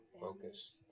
Focus